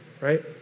Right